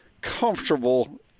comfortable